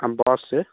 हम बससँ